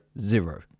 zero